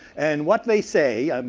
and what they say,